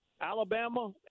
Alabama